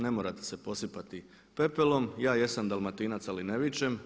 Ne morate se posipati pepelom, ja jesam dalmatinac ali ne vičem.